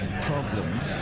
problems